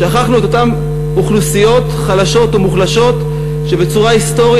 שכחנו את אותן אוכלוסיות חלשות ומוחלשות שהיסטורית